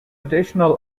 additional